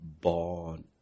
born